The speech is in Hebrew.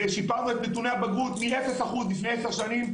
ושיפרנו את נתוני הבגרות מ-0% לפני 10 שנים,